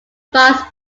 fast